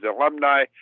alumni